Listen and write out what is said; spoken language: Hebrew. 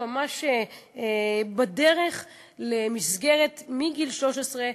והם ממש בדרך למסגרת של גילאי 13 ומעלה,